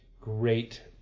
great